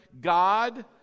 God